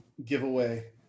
Giveaway